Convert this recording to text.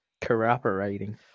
Cooperating